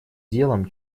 делом